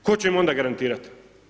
Tko će im onda garantirat?